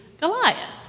Goliath